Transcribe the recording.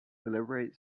deliberate